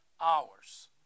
hours